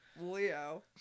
Leo